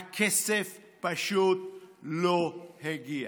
הכסף פשוט לא הגיע.